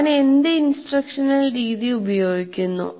ഞാൻ എന്ത് ഇൻസ്ട്രക്ഷണൽ രീതി ഉപയോഗിക്കുന്നു